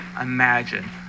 imagine